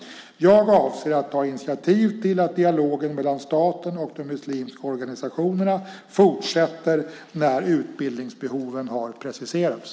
Jag avser att ta initiativ till att dialogen mellan staten och de muslimska organisationerna fortsätter när utbildningsbehoven har preciserats.